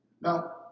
Now